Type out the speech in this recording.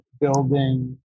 building